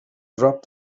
dropped